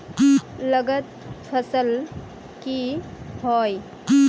लागत फसल की होय?